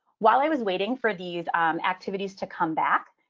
while i was waiting for these activities to come back.